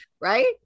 Right